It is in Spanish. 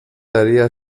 daría